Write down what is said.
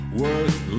worth